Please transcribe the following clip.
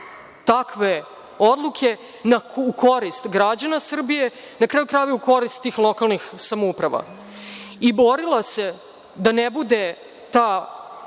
takve odluke u korist građana Srbije, a, na kraju krajeva, u korist tih lokalnih samouprava i borila se da ne bude ta